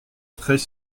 très